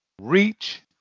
Reach